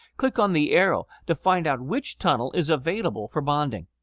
click on the arrow to find out which tunnel is available for bonding.